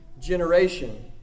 generation